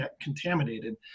contaminated